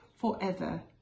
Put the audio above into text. forever